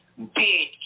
bitch